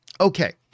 Okay